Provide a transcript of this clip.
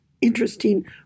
interesting